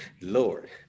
Lord